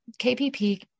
KPP